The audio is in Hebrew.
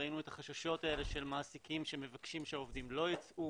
ראינו את החששות האלה של מעסיקים שמבקשים שהעובדים לא ייצאו.